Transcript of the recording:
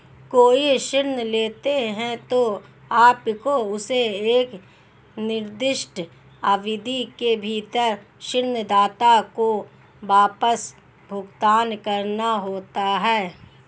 कोई ऋण लेते हैं, तो आपको उसे एक निर्दिष्ट अवधि के भीतर ऋणदाता को वापस भुगतान करना होता है